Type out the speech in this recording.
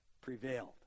prevailed